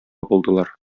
булдылар